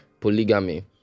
Polygamy